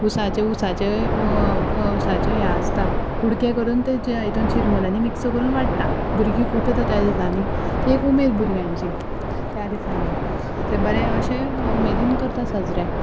उसाचें उसाचें व उसाचें हें आसता कुडके करून ते हितून चिरमुल्यांनी मिक्स करून वांट्टा भुरगीं खूब येता त्या दिसांनी ती एक उमेद भुरग्यांची त्या दिसांनी तें बरें अशें उमेदीन करता सजरे